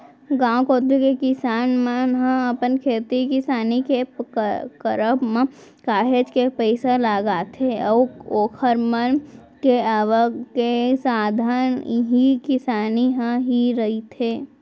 गांव कोती के किसान मन ह अपन खेती किसानी के करब म काहेच के पइसा लगाथे अऊ ओखर मन के आवक के साधन इही किसानी ह ही रहिथे